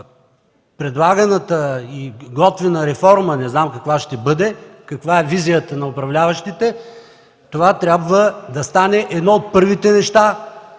предлаганата и готвена реформа, не знам каква ще бъде, каква е визията на управляващите, това трябва да стане едно от първите неща,